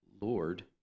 Lord